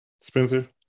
Spencer